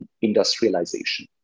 industrialization